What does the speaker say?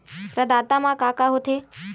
प्रदाता मा का का हो थे?